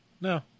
No